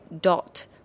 dot